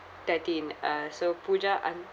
thirteen uh so pooja an~